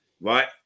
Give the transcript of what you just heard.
right